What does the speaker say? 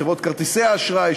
מחברות כרטיסי האשראי,